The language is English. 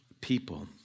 people